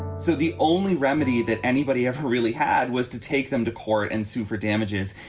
so the only remedy that anybody ever really had was to take them to court and sue for damages.